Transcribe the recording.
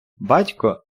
батько